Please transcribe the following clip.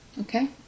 okay